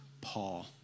Paul